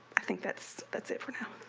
i think that's that's it for now